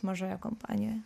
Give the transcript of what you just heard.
mažoje kompanijoje